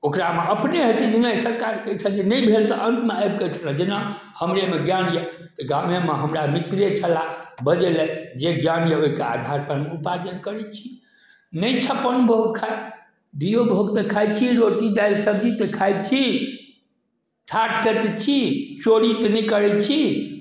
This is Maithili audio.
ओकरामे अपने हेतै जे नहि सरकारके अओहिठाम जे नहि भेल तऽ अंतमे आबिके जेना हमरेमे ज्ञान यऽ तऽ गामेमे हमरा मित्रे छला बजेलैथि जे ज्ञान यऽ ओहिके आधार पर उपार्जन करै छी नहि छप्पन भोग खायब दूओ भोग तऽ खाइ छी रोटी दालि सब्जी तऽ खाइ छी ठाठ सऽ तऽ छी चोरी तऽ नहि करै छी